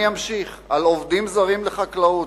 אני אמשיך עם עובדים זרים לחקלאות.